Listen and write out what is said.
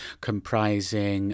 comprising